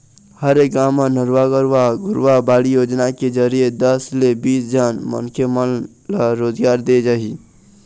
हरेक गाँव म नरूवा, गरूवा, घुरूवा, बाड़ी योजना के जरिए दस ले बीस झन मनखे मन ल रोजगार देय जाही